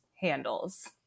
handles